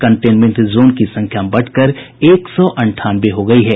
containment zone की संख्या बढ़ कर एक सौ अंठानवे हो गयी है